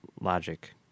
logic